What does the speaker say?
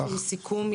יש על זה סיכום מ-2018.